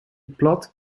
plot